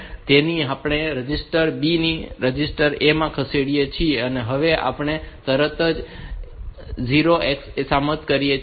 તેથી હવે આપણે રજિસ્ટર્ડ B ની સામગ્રીને રજિસ્ટર A માં ખસેડીએ છીએ અને હવે આપણે તરત જ 0 HX સમાપ્ત કરીએ છીએ